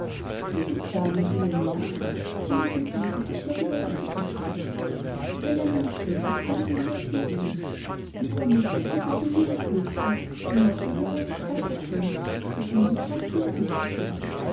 das ist wahr meinte nellie lachend und verließ mit ilse die schwerbeleidigte dichterin melanie und grete kamen ihnen jetzt entgegen in ihrer mitte führten sie ein junges mädchen sie mochte in melanies alter sein mit lieben sanften gesichtszügen